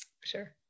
sure